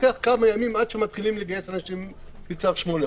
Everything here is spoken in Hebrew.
לוקח כמה ימים עד שמתחילים לגייס אנשים בצו 8,